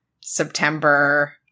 September